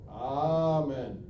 Amen